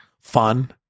fun